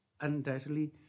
undoubtedly